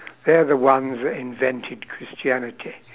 they're the ones that invented christianity